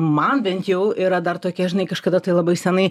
man bent jau yra dar tokia žinai kažkada tai labai senai